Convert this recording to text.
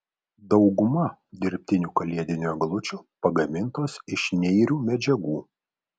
dauguma dirbtinių kalėdinių eglučių pagamintos iš neirių medžiagų